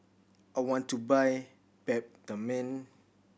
I want to buy Peptamen